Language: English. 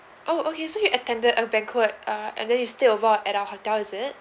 oh okay so you attended a banquet uh and then you stay over at our hotel is it